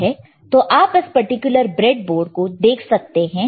क्या आप इस पर्टिकुलर ब्रेड बोर्ड को देख सकते हैं